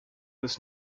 des